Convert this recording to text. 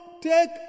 take